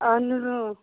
اہن حظ اۭں